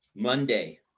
Monday